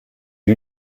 eut